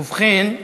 ובכן,